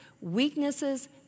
weaknesses